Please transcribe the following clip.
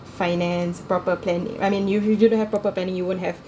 finance proper plan I mean if you you don't have proper planning you won't have